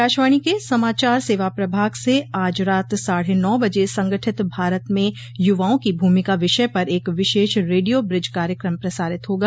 आकाशवाणी के समाचार सेवा प्रभाग से आज रात साढ़े नौ बजे संगठित भारत में युवाओं की भूमिका विषय पर एक विशेष रेडियो ब्रिज कार्यक्रम प्रसारित होगा